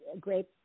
great